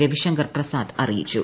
രവി ശങ്കർ പ്രസാദ് അറിയിച്ചു